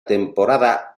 temporada